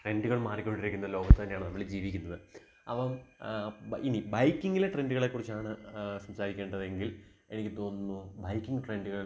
ട്രെൻഡുകൾ മാറിക്കൊണ്ടിരിക്കുന്ന ലോകത്ത് തന്നെയാണ് നമ്മൾ ജീവിക്കുന്നത് അപ്പോള് ഇനി ബൈക്കിങ്ങിലെ ട്രെൻഡുകളെ കുറിച്ചാണ് സംസാരിക്കേണ്ടതെങ്കിൽ എനിക്ക് തോന്നുന്നു ബൈക്കിംഗ് ട്രെൻഡുകൾ